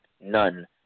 None